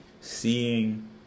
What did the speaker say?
Seeing